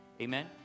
Amen